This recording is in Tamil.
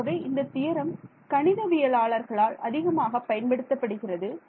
ஆகவே இந்த தியரம் கணிதவியலாளர்களால் அதிகமாக பயன்படுத்தப்படுகிறது